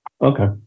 okay